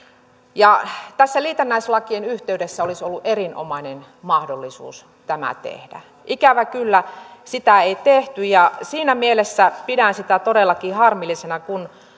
ja tässä liitännäislakien yhteydessä olisi ollut erinomainen mahdollisuus tämä tehdä ikävä kyllä sitä ei tehty ja siinä mielessä pidän sitä todellakin harmillisena kun